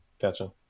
Gotcha